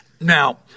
Now